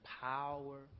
Power